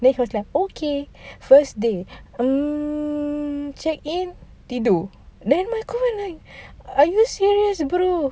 then he was like okay first day mm check in tidur then my kawan like are you serious bro